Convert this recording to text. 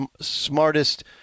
smartest